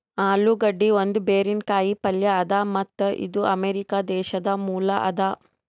ಆಲೂಗಡ್ಡಿ ಒಂದ್ ಬೇರಿನ ಕಾಯಿ ಪಲ್ಯ ಅದಾ ಮತ್ತ್ ಇದು ಅಮೆರಿಕಾ ದೇಶದ್ ಮೂಲ ಅದಾ